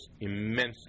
immensely